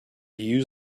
use